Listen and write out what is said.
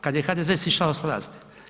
Kad je HDZ sišao s vlasti.